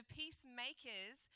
peacemakers